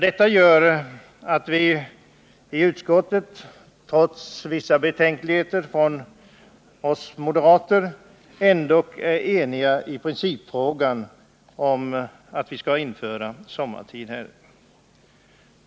Det gör att vi i utskottet, trots vissa betänkligheter hos oss moderater, ändock är eniga i principfrågan om att vi kan införa sommartid.